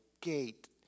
gate